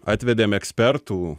atvedėm ekspertų